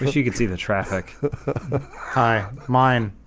but you can see the traffic hi, mine,